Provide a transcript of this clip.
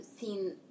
seen